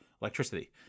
electricity